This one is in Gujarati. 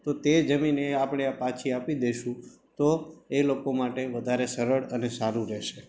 તો તે જમીન એ આપણે પાછી આપી દઈશું તો એ લોકો માટે વધારે સરળ અને સારું રહેશે